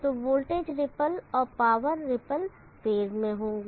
तो voltage ripple और power ripple phase में होगी